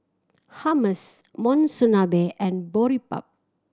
Hummus Monsunabe and Boribap